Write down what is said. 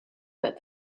but